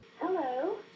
Hello